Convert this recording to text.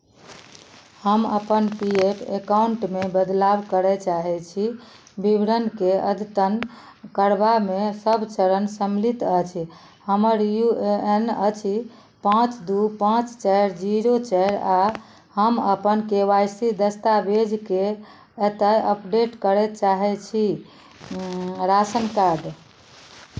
हम अपन P F एकाउंटमे बदलाव करय चाहैत छी विवरणके अद्यतन करबामे सभ चरण सम्मिलित अछि हमर यू ए एन अछि पाँच दू पाँच चारि जीरो चारि आ हम अपन के वाई सी दस्तावेजकेँ एतय अपडेट करय चाहैत छी राशन कार्ड